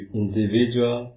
individual